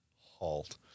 halt